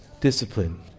discipline